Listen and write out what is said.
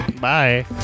Bye